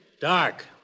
dark